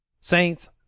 Saints